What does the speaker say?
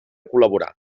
col·laborar